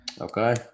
Okay